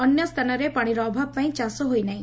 ଅନ୍ୟ ସ୍ତାନରେ ପାଶିର ଅଭାବପାଇଁ ଚାଷ ହୋଇ ନାହି